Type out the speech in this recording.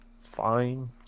fine